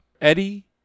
Eddie